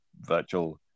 virtual